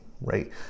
right